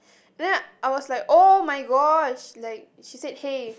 then I was like oh-my-god she like she said hey